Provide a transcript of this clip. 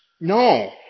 No